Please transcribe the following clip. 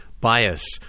bias